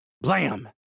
Blam